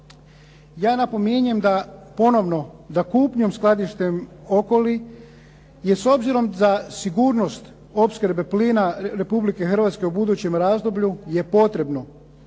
Ja napominjem ponovno da kupnjom skladištem Okoli je s obzirom za sigurnost opskrbe plina Republike Hrvatske u budućem razdoblju je potrebno